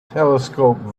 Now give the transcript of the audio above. telescope